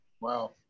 Wow